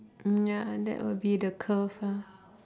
mm ya that would be the curve ah